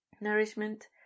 nourishment